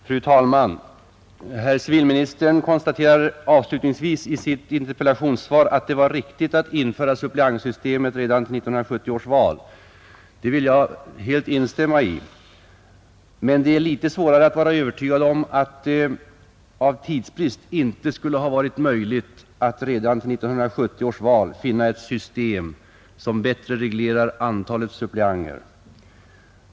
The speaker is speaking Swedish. Fru talman! Herr civilministern konstaterar avslutningsvis i sitt interpellationssvar att det var riktigt att införa suppleantsystemet redan till 1970 års val. Det vill jag helt instämma i. Men det är litet svårare att vara övertygad om att det av tidsbrist inte skulle ha varit möjligt att redan till 1970 års val finna ett system, som bättre reglerar antalet suppleanter.